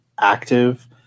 active